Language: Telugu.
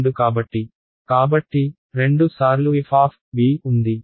కాబట్టి 2 సార్లు f ఉంది